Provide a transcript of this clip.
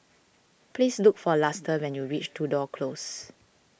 please look for Luster when you reach Tudor Close